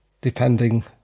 depending